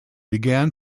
began